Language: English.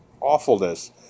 awfulness